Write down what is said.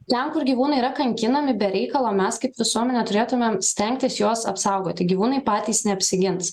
ten kur gyvūnai yra kankinami be reikalo mes kaip visuomenė turėtumėm stengtis juos apsaugoti gyvūnai patys neapsigins